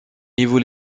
niveau